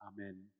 Amen